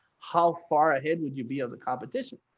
how far ahead would you be on the competition?